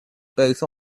both